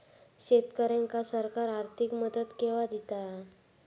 शेतकऱ्यांका सरकार आर्थिक मदत केवा दिता?